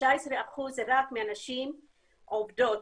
רק 19% מהנשים עובדות.